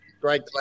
great